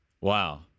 Wow